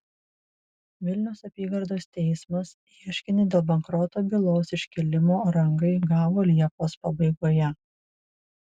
vilniaus apygardos teismas ieškinį dėl bankroto bylos iškėlimo rangai gavo liepos pabaigoje